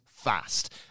Fast